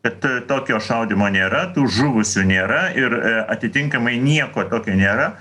kad tokio šaudymo nėra tų žuvusių nėra ir atitinkamai nieko tokio nėra